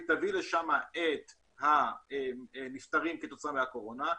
תביא לשם את הנפטרים כתוצאה מהקורונה,